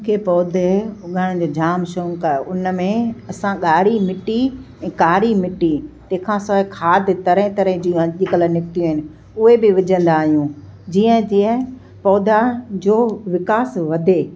मूंखे पौधे उगाइण जो जामु शौक़ु आहे उन में असां ॻाढ़ी मिटी ऐं कारी मिटी तंहिंखां सवाइ खाद तरह तरह जी अॼु कल्ह निकितियूं आहिनि उहे बि विझंदा आहियूं जीअं जीअं पौधा जो विकास वधे